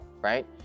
right